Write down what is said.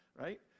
right